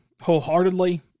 wholeheartedly